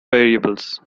variables